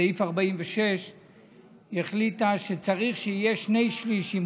סעיף 46. היא החליטה שצריך שיהיו שני שלישים,